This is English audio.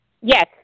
Yes